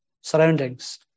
surroundings